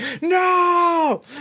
no